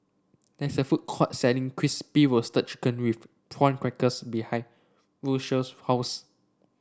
there is a food court selling Crispy Roasted Chicken with Prawn Crackers behind Rocio's house